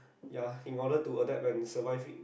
ya in order to adapt when you survive it